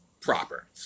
proper